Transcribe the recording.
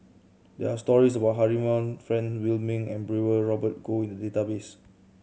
there are stories about Han Frank Wilmin and Brewer Robert Goh in the database